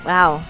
Wow